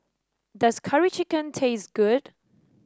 does Curry Chicken taste good